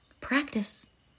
Practice